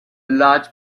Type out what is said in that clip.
large